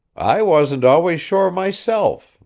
i wasn't always sure myself,